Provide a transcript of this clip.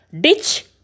Ditch